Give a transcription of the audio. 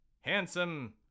handsome